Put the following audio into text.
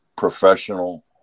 professional